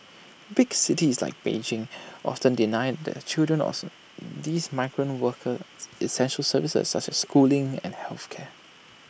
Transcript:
big cities like Beijing often deny the children these migrant workers essential services such as schooling and health care